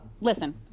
listen